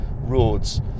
roads